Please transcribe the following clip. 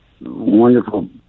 wonderful